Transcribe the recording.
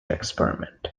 experiment